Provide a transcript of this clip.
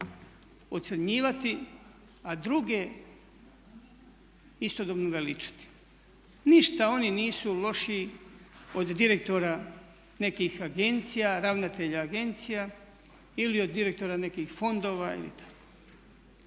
ocrnjivati, a druge istodobno veličati. Ništa oni nisu lošiji od direktora nekih agencija, ravnatelja agencija ili od direktora nekih fondova. Kada